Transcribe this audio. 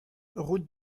route